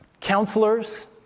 counselors